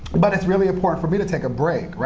but it's really important for me to take a break.